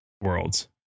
Worlds